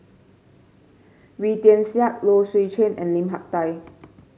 Wee Tian Siak Low Swee Chen and Lim Hak Tai